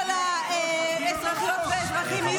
כל האזרחיות והאזרחים,